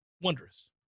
Wondrous